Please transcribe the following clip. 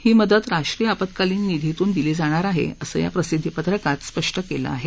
ही मदत राष्ट्रीय आपत्कालीन निधीमधून दिली जाणार आहे असं या प्रसिद्धपत्रात स्पष्ट केलं आहे